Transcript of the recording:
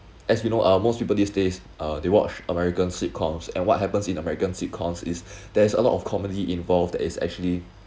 as you know uh most people these days uh they watch american sitcoms and what happens in american sitcoms is there's a lot of comedy involved that is actually